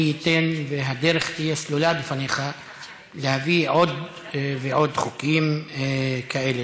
מי ייתן והדרך תהיה סלולה בפניך להביא עוד ועוד חוקים כאלה.